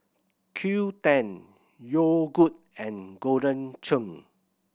Qoo ten Yogood and Golden Churn